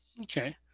okay